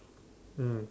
mm